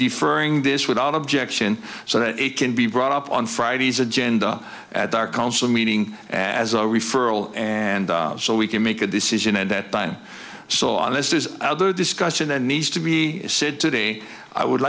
deferring this without objection so that it can be brought up on fridays agenda at our council meeting as a referral and so we can make a decision at that time so i'll let this other discussion that needs to be said today i would